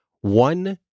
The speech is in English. One